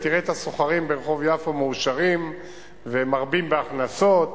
ותראה את הסוחרים ברחוב יפו מאושרים ומרבים בהכנסות.